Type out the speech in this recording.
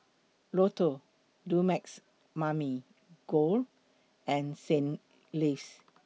Lotto Dumex Mamil Gold and Saint Ives